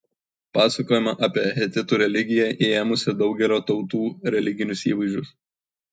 pasakojama apie hetitų religiją įėmusią daugelio tautų religinius įvaizdžius